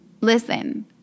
Listen